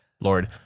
Lord